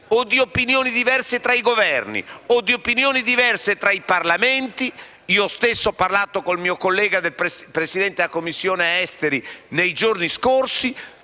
o di opinioni diverse tra i Governi o di opinioni diverse tra i Parlamenti - io stesso ho parlato con il mio collega Presidente della Commissione esteri nei giorni scorsi